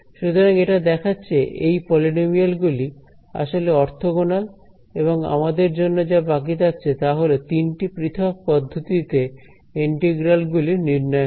সুতরাং এটা দেখাচ্ছে এই পলিনোমিয়াল গুলি আসলে অর্থগণাল এবং আমাদের জন্য যা বাকি থাকছে তাহল তিনটি পৃথক পদ্ধতিতে ইন্টিগ্রাল গুলি নির্ণয় করা